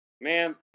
man